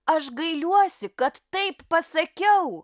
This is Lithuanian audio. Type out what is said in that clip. aš gailiuosi kad taip pasakiau